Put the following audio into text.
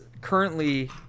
currently